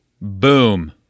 Boom